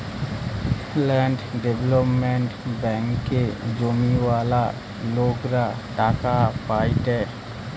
land development ব্যাঙ্কে জমিওয়ালা লোকরা টাকা পায়েটে